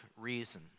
reason